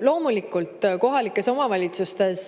Loomulikult, kohalikes omavalitsustes